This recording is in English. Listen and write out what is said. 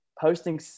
Posting